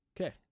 Okay